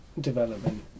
development